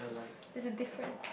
is the different